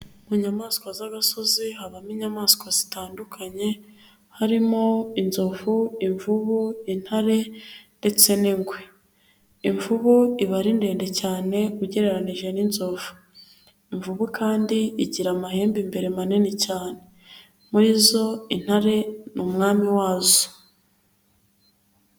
Mu nyamaswa z'agasozi, habamo inyamaswa zitandukanye, harimo inzovu, imvubu, intare ndetse n'ingwe, imvubu iba ari ndende cyane ugereranije n'inzovu, imvubu kandi igira amahembe imbere manini cyane, muri zo intare n'umwami wazo.